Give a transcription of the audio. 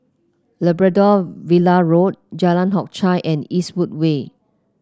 Labrador Villa Road Jalan Hock Chye and Eastwood Way